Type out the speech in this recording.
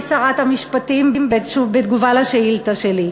שרת המשפטים בתגובה על השאילתה שלי.